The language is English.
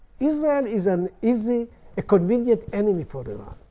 israel is an easy a convenient enemy for iran.